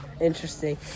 Interesting